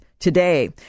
Today